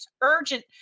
urgent